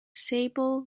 sable